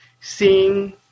seeing